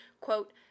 quote